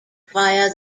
fire